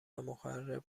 مخرب